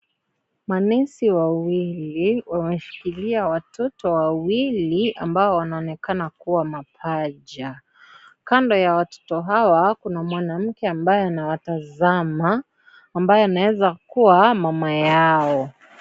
Manesi wawili wameshikilia watoto, wawili ambao wanaonekana kuwa mapaja. Kando ya watoto hawa, kuna mwanamke ambaye anawatazama , ambaye anaweza kuwa mama yao.